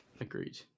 Agreed